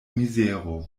mizero